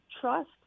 trust